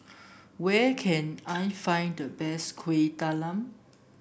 where can I find the best Kuih Talam